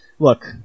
Look